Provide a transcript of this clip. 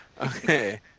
Okay